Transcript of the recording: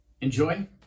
enjoy